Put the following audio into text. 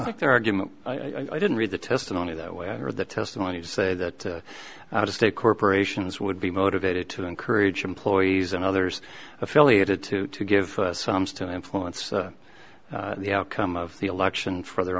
like their argument i didn't read the testimony that way or the testimony to say that the state corporations would be motivated to encourage employees and others affiliated to give sums to influence the outcome of the election for their